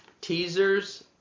teasers